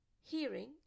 hearing